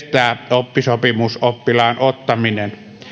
oppisopimusoppilaan ottamista